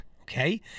Okay